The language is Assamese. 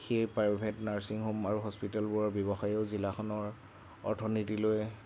সেই প্ৰাইভেট নাৰ্ছিং হোম আৰু হস্পিতালবোৰৰ ব্যৱসায়েও জিলাখনৰ অৰ্থনীতিলৈ